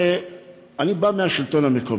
אני בא מהשלטון המקומי,